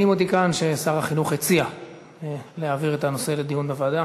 ההצעה להעביר את הנושא לוועדת